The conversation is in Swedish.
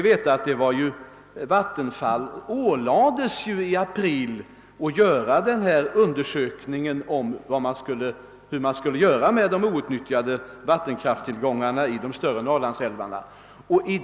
Vattenfall ålades i april att göra en undersökning om hur man skulle förfara med de outnyttjade vattenkraftstillgångarna i de större Norrlandsälvarna.